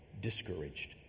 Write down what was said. discouraged